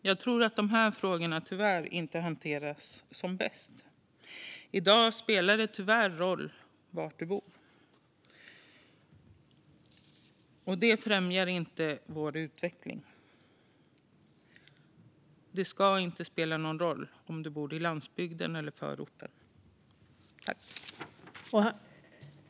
Jag tror att dessa frågor inte hanteras på bästa sätt. I dag spelar det tyvärr roll var man bor, vilket inte främjar Sveriges utveckling. Det ska inte spela någon roll om man bor på landsbygden eller i en förort. Jag yrkar bifall till Vänsterpartiets motivreservation 4.